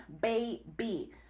baby